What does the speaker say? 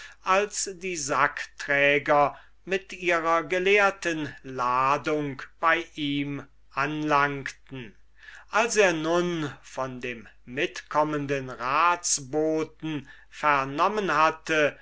als die sackträger mit ihrer gelehrten ladung bei ihm anlangten als er nun von dem mitkommenden ratsboten vernommen hatte